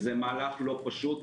זה מהלך לא פשוט.